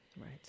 Right